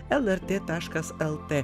lrt taškas lt